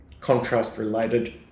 contrast-related